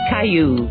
Caillou